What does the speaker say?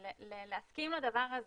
להסכים לדבר הזה.